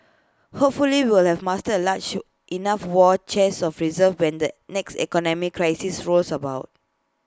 hopefully we'll have mustered A large enough war chest of reserves when the next economic crisis rolls about